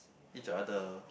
each other